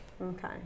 Okay